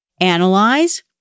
analyze